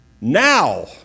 now